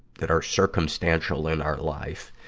that are circumstantial in our life.